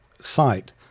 site